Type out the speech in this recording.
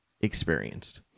experienced